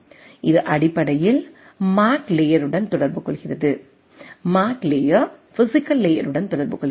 இது அடிப்படையில் மேக் லேயருடன் தொடர்பு கொள்கிறது மேக் லேயர் பிஸிக்கல் லேயருடன் தொடர்பு கொள்கிறது